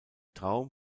traum